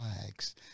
flags